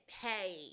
hey